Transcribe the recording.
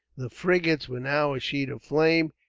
the frigates were now a sheet of flames,